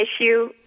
issue